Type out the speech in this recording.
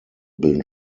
bilden